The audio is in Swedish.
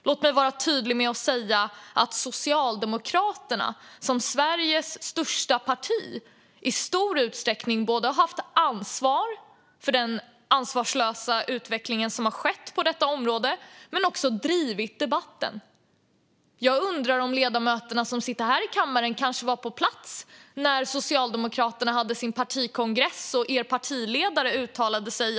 Låt mig vara tydlig med att säga att Socialdemokraterna, Sveriges största parti, i stor utsträckning har haft ansvar för den ansvarslösa utveckling som har skett på detta område, men de har också drivit debatten. Jag undrar om ni ledamöter som sitter här i kammaren var på plats när Socialdemokraterna hade sin partikongress och er partiledare uttalade sig.